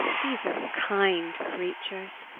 these are kind creatures.